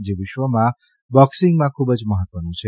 જે વિશ્વમાં બોકસીંગમાં ખુબ જ મહત્વનું છે